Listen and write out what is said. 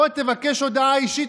בוא תבקש הודעה אישית,